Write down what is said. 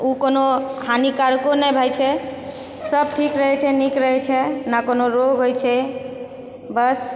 ओ कोनो हानिकारको नहि होइ छै सब ठीक रहै छै नीक रहै छै नहि कोनो रोग होइ छै बस